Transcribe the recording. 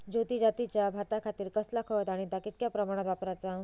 ज्योती जातीच्या भाताखातीर कसला खत आणि ता कितक्या प्रमाणात वापराचा?